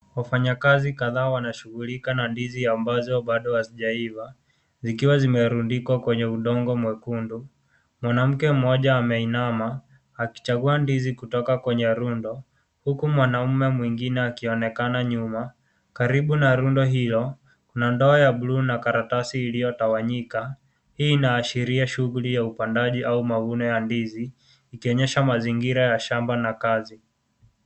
Wafanyakazi kadhaa wanashughulika na ndizi ambazo hazijaiva zikiwa zimerundikwa kwenye udongo mwekundu. Mwanamke mmoja ameinama akichagua ndizi kutoka kwenye rundo huku mwanamume mwengine akionekana nyuma. Karibu na rundo hilo kuna ndoo ya buluu na karatasi iliyotawanyika. Hii inaashiria shughuli ya upandaji au mavuno ya ndizi ikionyesha mazingira ya shamba na kazi.